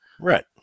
Right